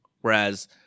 whereas –